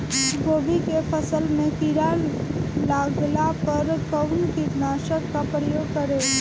गोभी के फसल मे किड़ा लागला पर कउन कीटनाशक का प्रयोग करे?